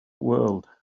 world